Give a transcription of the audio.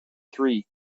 three